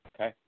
Okay